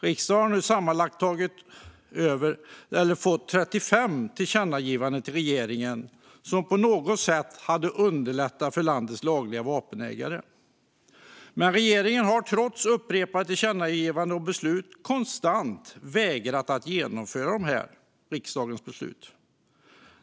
Riksdagen har nu sammanlagt riktat 35 tillkännagivanden till regeringen med förslag som på något sätt hade underlättat för landets lagliga vapenägare. Men regeringen har trots upprepade tillkännagivanden och beslut konstant vägrat att genomföra riksdagens beslut.